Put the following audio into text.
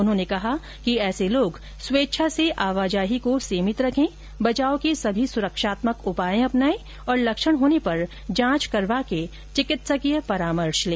उन्होंने कहा कि ऐसे लोग स्वेच्छा से आवाजाही को सीमित रखे बचाव के सभी सुरक्षात्मक उपाय अपनाएं और लक्षण होने पर जांच करवा के चिकित्सकीय परामर्श लें